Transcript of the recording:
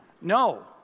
No